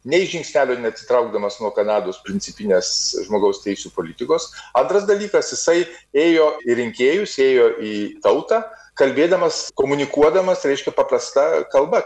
nei žingsnelio neatsitraukdamas nuo kanados principinės žmogaus teisių politikos antras dalykas jisai ėjo į rinkėjus ėjo į tautą kalbėdamas komunikuodamas reiškė paprasta kalba